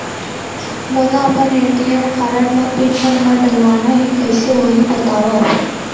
मोला अपन ATM card म पिन नंबर डलवाना हे कइसे होही बतावव?